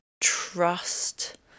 trust